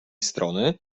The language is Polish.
strony